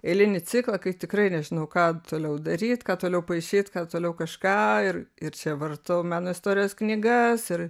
eilinį ciklą kai tikrai nežinau ką toliau daryt ką toliau paišyt ką toliau kažką ir ir čia vartau meno istorijos knygas ir